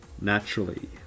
Naturally